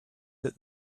that